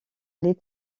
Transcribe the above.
les